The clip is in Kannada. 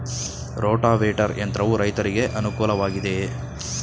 ರೋಟಾವೇಟರ್ ಯಂತ್ರವು ರೈತರಿಗೆ ಅನುಕೂಲ ವಾಗಿದೆಯೇ?